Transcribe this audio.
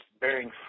bearing